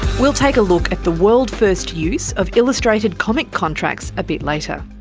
we'll take a look at the world-first use of illustrated comic contracts a bit later.